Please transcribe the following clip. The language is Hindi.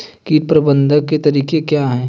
कीट प्रबंधन के तरीके क्या हैं?